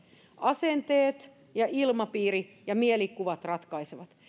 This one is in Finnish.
asenteet ja ilmapiiri ja mielikuvat ratkaisevat